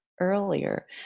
earlier